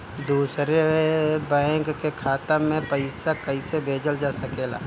दूसरे बैंक के खाता में पइसा कइसे भेजल जा सके ला?